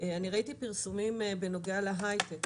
ראיתי פרסומים בנוגע להיי-טק,